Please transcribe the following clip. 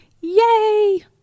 Yay